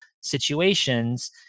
situations